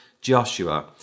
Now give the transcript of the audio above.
Joshua